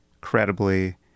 credibly